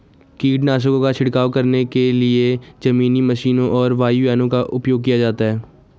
कीटनाशकों का छिड़काव करने के लिए जमीनी मशीनों और वायुयानों का उपयोग किया जाता है